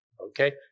okay